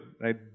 right